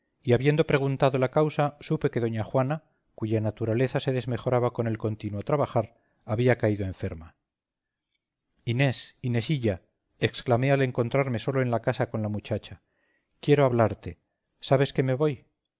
y habiendo preguntado la causa supe que doña juana cuya naturaleza se desmejoraba con el continuo trabajar había caído enferma inés inesilla exclamé al encontrarme solo en la sala con la muchacha quiero hablarte sabes que me voy